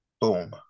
Boom